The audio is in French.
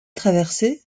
traversée